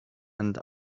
and